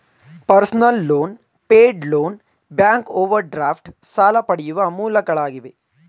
personal loan, pay day loan, bank overdraft ಸಾಲ ಪಡೆಯುವ ಮೂಲಗಳಾಗಿವೆ